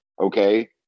Okay